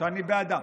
שאני בעדה.